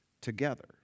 Together